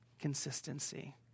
Consistency